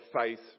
faith